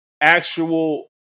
actual